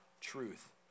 truth